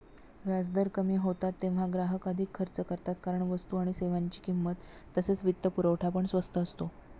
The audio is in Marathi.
व्याजदर कमी होतात तेव्हा ग्राहक अधिक खर्च करतात कारण वस्तू आणि सेवांची किंमत तसेच वित्तपुरवठा पण स्वस्त असतो